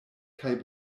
kaj